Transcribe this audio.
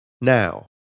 now